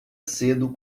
cedo